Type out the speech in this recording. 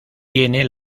tiene